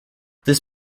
this